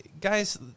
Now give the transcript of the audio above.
guys